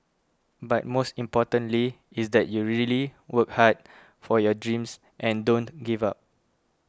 but most importantly is that you really work hard for your dreams and don't give up